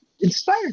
inspired